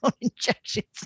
injections